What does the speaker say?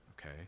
okay